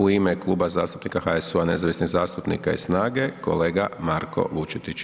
U ime Klub zastupnika HSU-a i nezavisnih zastupnika i SNAGA-e kolega Marko Vučetić.